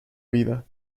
vida